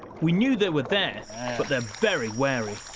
we knew that were there but they're very wary.